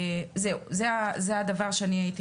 זהו, זה הדבר שאני הייתי